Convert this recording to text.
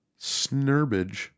Snurbage